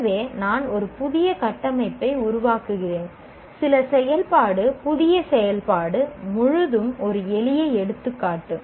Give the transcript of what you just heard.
எனவே நான் ஒரு புதிய கட்டமைப்பை உருவாக்குகிறேன் புதிய செயல்பாடு முழுதும் ஒரு எளிய எடுத்துக்காட்டு